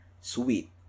sweet